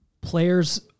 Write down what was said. players